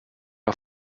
are